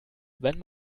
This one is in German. wenn